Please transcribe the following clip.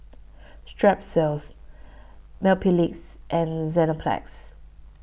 Strepsils Mepilex and Enzyplex